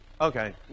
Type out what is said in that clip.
Okay